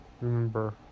remember